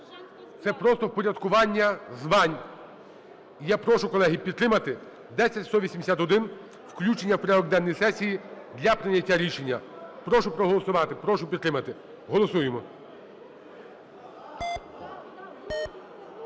це просто впорядкування звань. І я прошу, колеги, підтримати 10181 – включення в порядок денний сесії для прийняття рішення. Прошу проголосувати, прошу підтримати. Голосуємо.